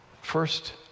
First